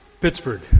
Pittsburgh